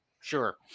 Sure